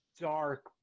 dark